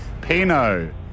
Pino